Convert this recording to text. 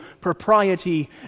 propriety